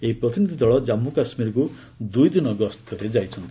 ଏହି ପ୍ରତିନିଧି ଦଳ ଜାମ୍ମୁ କାଶ୍ମୀରକୁ ଦୁଇଦିନ ଗସ୍ତରେ ଯାଇଛନ୍ତି